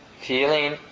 feeling